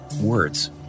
Words